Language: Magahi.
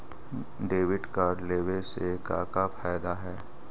डेबिट कार्ड लेवे से का का फायदा है?